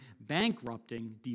bankrupting